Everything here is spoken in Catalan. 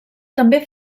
també